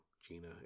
Gina